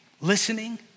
listening